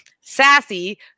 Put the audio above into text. sassy